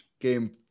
game